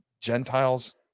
Gentiles